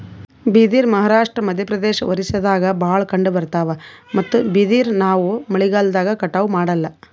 ಬಿದಿರ್ ಮಹಾರಾಷ್ಟ್ರ, ಮಧ್ಯಪ್ರದೇಶ್, ಒರಿಸ್ಸಾದಾಗ್ ಭಾಳ್ ಕಂಡಬರ್ತಾದ್ ಮತ್ತ್ ಬಿದಿರ್ ನಾವ್ ಮಳಿಗಾಲ್ದಾಗ್ ಕಟಾವು ಮಾಡಲ್ಲ